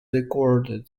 recorded